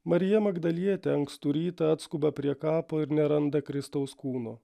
marija magdalietė ankstų rytą atskuba prie kapo ir neranda kristaus kūno